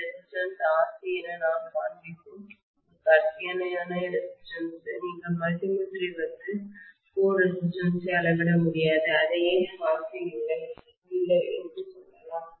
இந்த resistance RC என நான் காண்பிக்கும் ஒரு கற்பனையான ரெசிஸ்டன்ஸ் நீங்கள் மல்டிமீட்டரை வைத்து கோர் ரெசிஸ்டன்ஸ் அளவிட முடியாது அதையே RC இல்லை இல்லை என்று சொல்லலாம்